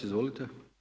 Izvolite.